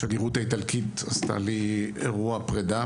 השגרירות האיטלקית עשתה לי אירוע פרידה,